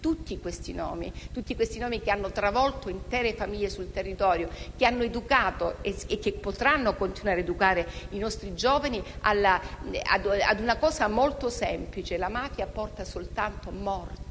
tutti i nomi di persone che hanno travolto intere famiglie sul territorio, che hanno educato e potranno continuare a educare i nostri giovani a una cosa molto semplice: la mafia porta soltanto morte,